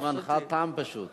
זמנך תם, פשוט.